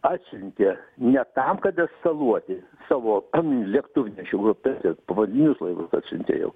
atsiuntė ne tam kad eskaluoti savo lėktuvnešių grupes ir povandeninius laivus atsiuntė jau